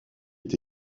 est